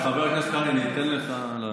חבר הכנסת קרעי, אני אתן לך לענות.